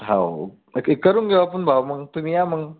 हो करून घेऊ आपण भाव मग तुम्ही या मग